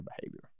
behavior